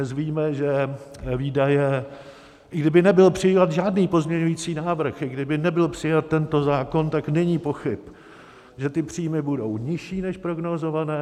Dnes víme, že výdaje, i kdyby nebyl přijat žádný pozměňující návrh, i kdyby nebyl přijat tento zákon, tak není pochyb, že ty příjmy budou nižší než prognózované.